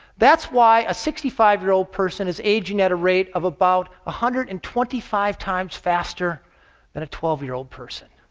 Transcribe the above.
that's why a sixty five year old person is aging at a rate of about one hundred and twenty five times faster than a twelve year old person.